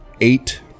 Eight